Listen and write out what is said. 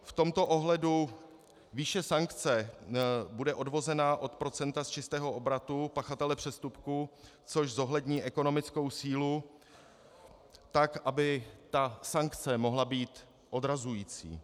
V tomto ohledu výše sankce bude odvozena od procenta z čistého obratu pachatele přestupku, což zohlední ekonomickou sílu tak, aby ta sankce mohla být odrazující.